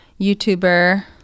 YouTuber